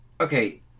okay